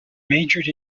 majored